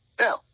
Now